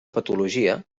patologia